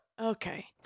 Okay